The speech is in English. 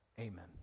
Amen